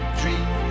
dream